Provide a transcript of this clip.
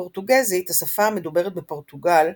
פורטוגזית, השפה המדוברת בפורטוגל,